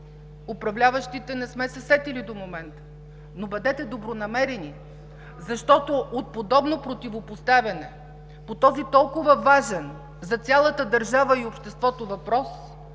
управляващите не сме се сетили до момента. Но бъдете добронамерени, защото от подобно противопоставяне по този толкова важен за цялата държава и обществото въпрос